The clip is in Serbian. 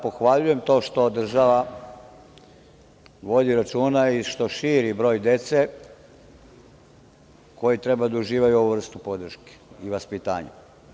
Pohvaljujem to što država vodi računa i što širi broj dece koja treba da uživaju ovu vrstu podrške i vaspitanja.